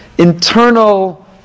internal